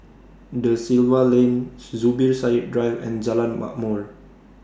DA Silva Lane Zubir Said Drive and Jalan Ma'mor